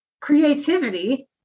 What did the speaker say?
creativity